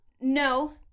no